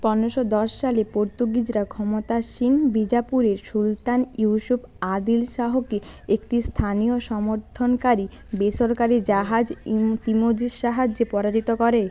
পনেরোশো সালে পর্তুগিজরা ক্ষমতাসীন বিজাপুরের সুলতান ইউসুফ আদিল শাহকে একটি স্থানীয় সমর্থনকারী বেসরকারি জাহাজ ইন্তিমোজির সাহায্যে পরাজিত করে